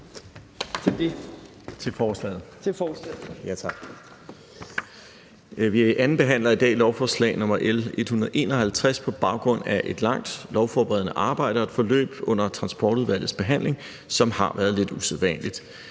Engelbrecht): Vi andenbehandler i dag lovforslag nr. L 151 på baggrund af et langt lovforberedende arbejde og et forløb under Transportudvalgets behandling, som har været lidt usædvanligt.